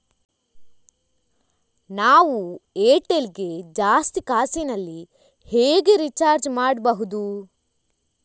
ನಾವು ಏರ್ಟೆಲ್ ಗೆ ಜಾಸ್ತಿ ಕಾಸಿನಲಿ ಹೇಗೆ ರಿಚಾರ್ಜ್ ಮಾಡ್ಬಾಹುದು?